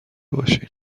باشین